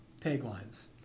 taglines